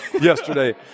yesterday